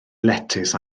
letys